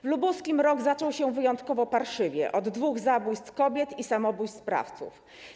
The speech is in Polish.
W Lubuskiem rok zaczął się wyjątkowo parszywie - od dwóch zabójstw kobiet i samobójstw sprawców.